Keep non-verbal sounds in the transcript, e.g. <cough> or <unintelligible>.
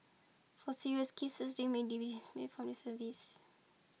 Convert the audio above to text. for serious cases they may dismissed <unintelligible> from service